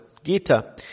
Gita